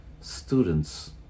students